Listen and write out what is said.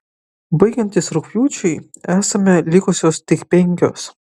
baigiantis rugpjūčiui esame likusios tik penkios